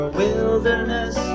wilderness